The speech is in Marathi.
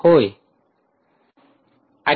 विद्यार्थी होय